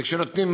וכשנותנים,